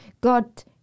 God